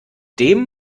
dem